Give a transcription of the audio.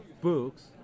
books